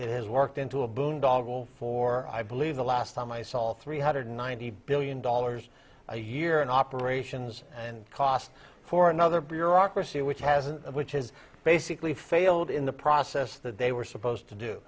it has worked into a boondoggle for i believe the last time i saw three hundred ninety billion dollars a year in operations and costs for another bureaucracy which hasn't which is basically failed in the process that they were supposed to do